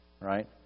right